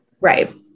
Right